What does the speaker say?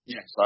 Yes